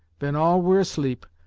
ven all were asleep,